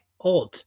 odd